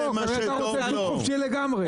אולי אתה רוצה להיות חופשי לגמרי.